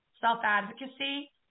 self-advocacy